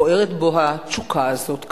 בוערת בו התשוקה הזאת כנראה.